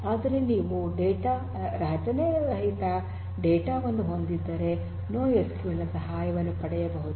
ಆದರೆ ನೀವು ರಚನೆರಹಿತ ಡೇಟಾ ವನ್ನು ಹೊಂದಿದ್ದರೆ ನೋಎಸ್ಕ್ಯೂಎಲ್ ನ ಸಹಾಯವನ್ನು ಪಡೆಯಬಹುದು